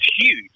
huge